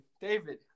David